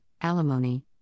alimony